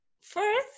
First